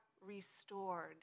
restored